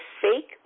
fake